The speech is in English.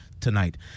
tonight